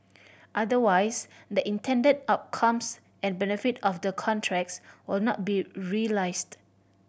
otherwise the intended outcomes and benefit of the contracts would not be realised